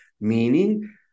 meaning